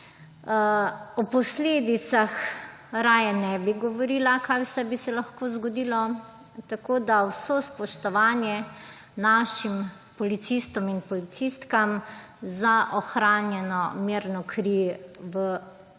O posledicah raje ne bi govorila, kaj vse bi se lahko zgodilo, tako da vse spoštovanje našim policistom in policistkam za ohranjeno mirno kri v času